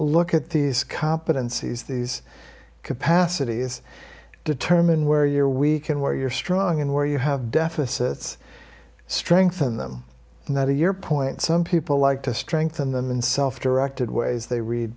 competencies these capacities determine where you're weak and where you're strong and where you have deficits strengthen them and that to your point some people like to strengthen them in self directed ways they read